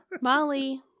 Molly